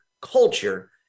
culture